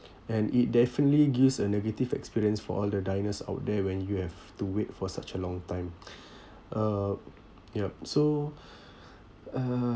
and it definitely gives a negative experience for all the diners out there when you have to wait for such a long time uh yup so uh